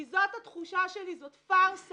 כי התחושה שלי היא שזאת פארסה.